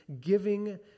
giving